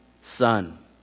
Son